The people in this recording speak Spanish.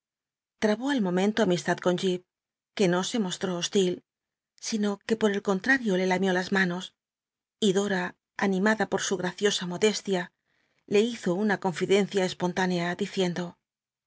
trabó al momento amistad con jip que no se mostró hostil sitw que pot el contratio le lamió las manos y dora animada pot su graciosa modestia le hizo una conridcncia espontánea diciendo